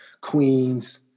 Queens